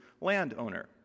landowner